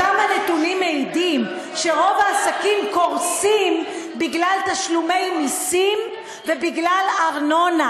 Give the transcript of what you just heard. אותם הנתונים מעידים שרוב העסקים קורסים בגלל תשלומי מסים ובגלל ארנונה.